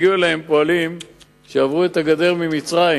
הגיעו אליהם פועלים שעברו את הגדר ממצרים